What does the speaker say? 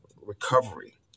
recovery